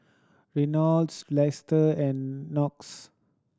Reynolds Lester and Knox